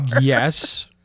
Yes